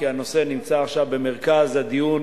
כי הנושא נמצא עכשיו במרכז הדיון